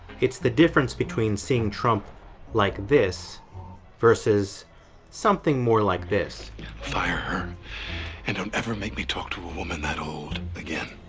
it's the difference between seeing trump like this versus something more like this jack fire her and don't ever make me talk to a woman that old again.